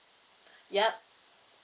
yup